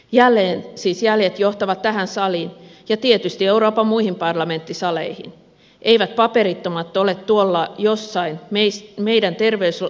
jälleen siis jäljet johtavat tähän saliin ja tietysti euroopan muihin parlamenttisaleihin eivät paperittomat ole tuolla jossain viisi meidän terveys on